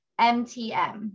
MTM